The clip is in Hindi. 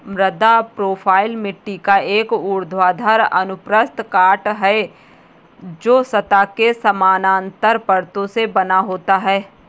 मृदा प्रोफ़ाइल मिट्टी का एक ऊर्ध्वाधर अनुप्रस्थ काट है, जो सतह के समानांतर परतों से बना होता है